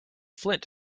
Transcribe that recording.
flint